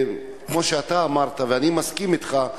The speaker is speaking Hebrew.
כמו שאתה אמרת ואני מסכים אתך,